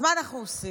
אז מה אנחנו עושים?